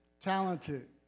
talented